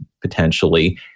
potentially